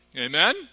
Amen